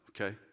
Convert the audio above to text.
okay